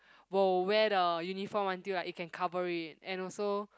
will wear the uniform until like it can cover it and also